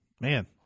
Man